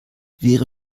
wäre